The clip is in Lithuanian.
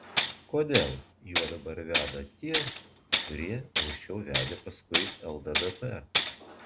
kodėl juo dabar veda tie kurie anksčiau vedė paskui lddp